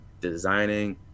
designing